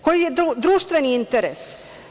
Koji je društveni interes?